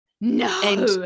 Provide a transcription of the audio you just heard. no